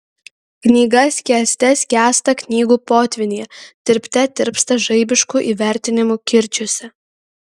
knyga skęste skęsta knygų potvynyje tirpte tirpsta žaibiškų įvertinimų kirčiuose